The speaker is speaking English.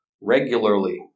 Regularly